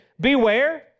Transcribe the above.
beware